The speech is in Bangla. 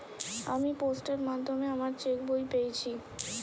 আমি পোস্টের মাধ্যমে আমার চেক বই পেয়েছি